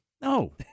No